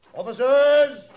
Officers